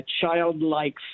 childlike